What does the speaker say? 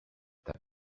that